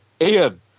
ian